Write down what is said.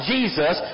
Jesus